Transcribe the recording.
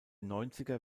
neunziger